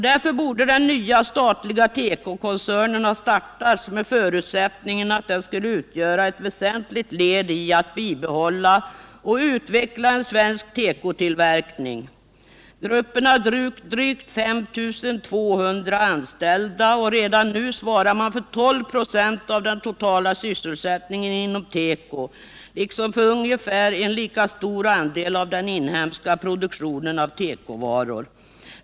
Därför borde den nya statliga tekokoncernen ha startats med förutsättningen att den skulle utgöra ett väsentligt led i att bibehålla och utveckla en svensk tekotillverkning. Gruppen har drygt 5 200 anställda och svarar redan nu för 12 26 av den totala sysselsättningen inom teko liksom för en ungefär lika stor andel av den inhemska produktionen av tekovaror.